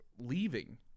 Leaving